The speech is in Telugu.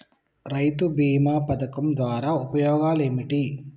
రైతు బీమా పథకం ద్వారా ఉపయోగాలు ఏమిటి?